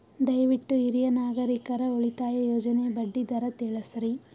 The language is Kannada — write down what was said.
ದಯವಿಟ್ಟು ಹಿರಿಯ ನಾಗರಿಕರ ಉಳಿತಾಯ ಯೋಜನೆಯ ಬಡ್ಡಿ ದರ ತಿಳಸ್ರಿ